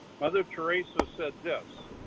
mother theresa said this,